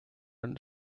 and